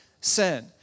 sin